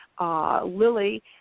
Lily